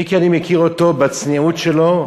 מיקי, אני מכיר אותו, בצניעות שלו,